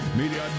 media